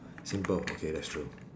simple okay that's true